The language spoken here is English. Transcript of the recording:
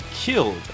killed